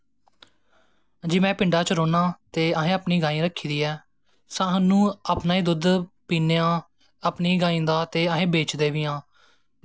जी में पिंडा चे रौह्नां ते असैं अपनीं गाय रक्खी दी ऐ स्हानू अपनां गै दुध्द पीनें आं अपनां गायें दा ते अस बेचदे बी आं